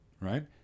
right